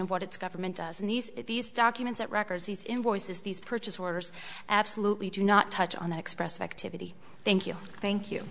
of what its government does in these these documents it records these invoices these purchase orders absolutely do not touch on the express activity thank you thank you